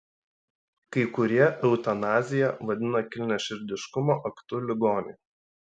kai kurie eutanaziją vadina kilniaširdiškumo aktu ligoniui